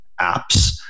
apps